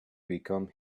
become